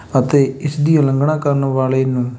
ਅਤੇ ਇਸ ਦੀ ਉਲੰਘਣਾ ਕਰਨ ਵਾਲੇ ਨੂੰ